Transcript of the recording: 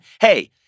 Hey